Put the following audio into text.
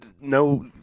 no